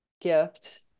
gift